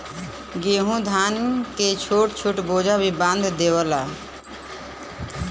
गेंहू धान के छोट छोट बोझा भी बांध देवला